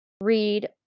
read